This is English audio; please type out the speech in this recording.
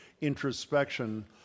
introspection